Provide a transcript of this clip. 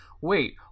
wait